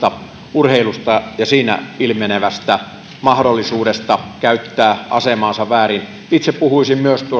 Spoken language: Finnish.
urheilusta ja siinä ilmenevästä mahdollisuudesta käyttää asemaansa väärin itse puhuisin myös